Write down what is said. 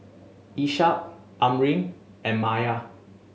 Ishak Amrin and Maya